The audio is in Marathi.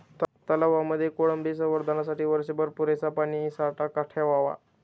तलावांमध्ये कोळंबी संवर्धनासाठी वर्षभर पुरेसा पाणीसाठा ठेवावा